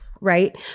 right